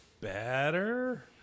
better